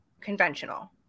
conventional